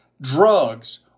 drugs